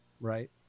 right